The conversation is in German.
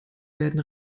werden